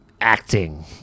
acting